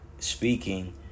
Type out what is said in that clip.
Speaking